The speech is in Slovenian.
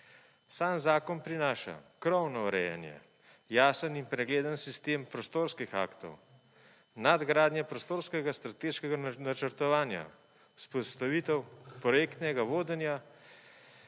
Sam zakon prinaša krovno urejanje(?), jasen in pregleden sistem prostorskih aktov, nadgradnja prostorskega strateškega načrtovanja, vzpostavitev korektnega vodenja,